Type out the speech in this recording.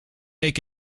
take